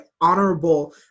honorable